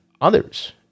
others